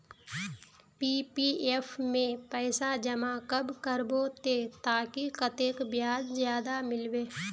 PPF में पैसा जमा कब करबो ते ताकि कतेक ब्याज ज्यादा मिलबे?